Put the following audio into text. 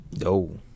No